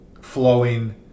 flowing